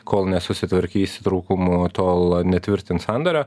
kol nesusitvarkysi trūkumų tol netvirtins sandorio